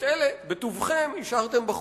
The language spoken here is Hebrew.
את אלה בטובכם השארתם בחוץ,